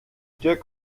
dirk